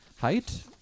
height